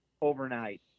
overnight